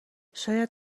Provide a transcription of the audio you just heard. شاید